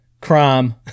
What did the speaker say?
Crime